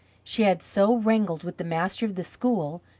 she had so wrangled with the master of the school,